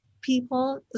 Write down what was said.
people